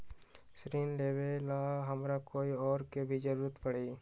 ऋन लेबेला हमरा कोई और के भी जरूरत परी?